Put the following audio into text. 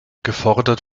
gefordert